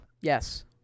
yes